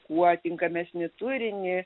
kuo tinkamesnį turinį